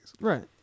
Right